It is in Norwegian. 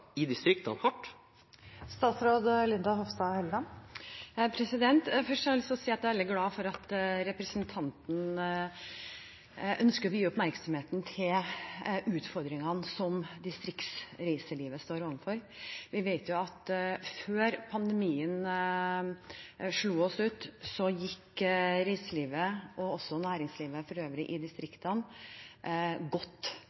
i distriktene hardt? Først har jeg lyst til å si at jeg er veldig glad for at representanten ønsker å vie oppmerksomhet til utfordringene som distriktsreiselivet står overfor. Vi vet at før pandemien slo oss ut, gikk reiselivet, og også næringslivet for øvrig, i distriktene godt.